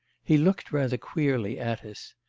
he looked rather queerly at us.